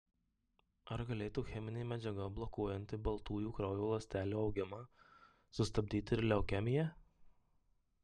ar galėtų cheminė medžiaga blokuojanti baltųjų kraujo ląstelių augimą sustabdyti ir leukemiją